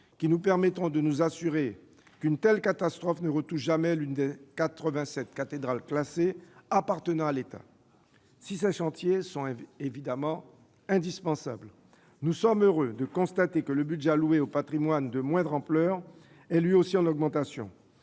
qui nous permettront de nous assurer qu'une telle catastrophe ne frappe jamais l'une des 87 cathédrales classées appartenant à l'État. Si ces chantiers sont évidemment indispensables, nous sommes heureux de constater que le budget alloué aux patrimoines de moindre ampleur est lui aussi en augmentation.